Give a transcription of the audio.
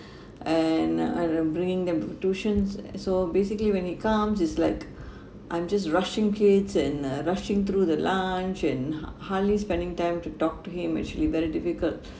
and I'm bringing them to tuition s~ so basically when he comes it's like I'm just rushing kids and uh rushing through the lunch and ha~ hardly spending time to talk to him actually very difficult